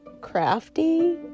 crafty